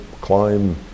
climb